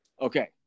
Okay